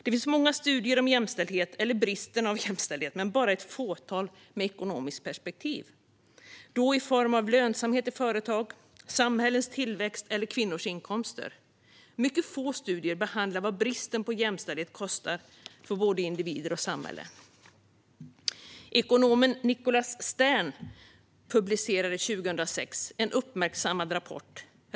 Det finns många studier om jämställdhet och bristen på jämställdhet, men bara ett fåtal med ekonomiskt perspektiv, till exempel gällande lönsamhet i företag, samhällets tillväxt eller kvinnors inkomster. Det är alltså mycket få studier som behandlar vad bristen på jämställdhet kostar för både individer och samhälle. Ekonomen Nicholas Stern publicerade 2006 en uppmärksammad rapport.